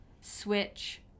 switch